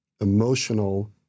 emotional